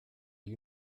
you